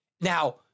Now